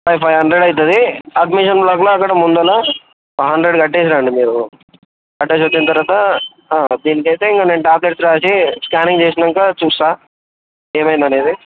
five hundred అవుతుంది admission బ్లాక్లో అక్కడ ముందర ఫైవ్ హండ్రెడ్ కట్టేసి రండి మీరు కట్టేసి వచ్చిన తర్వాత దీనికైతే ఇంక నేను టాబ్లెట్స్ రాసి స్క్యానింగ్ చేసినాక చూస్తా ఏమైందనేది